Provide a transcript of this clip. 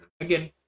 again